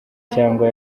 cyangwa